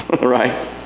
right